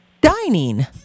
dining